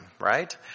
right